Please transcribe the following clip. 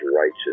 righteous